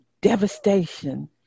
devastation